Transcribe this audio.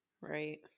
Right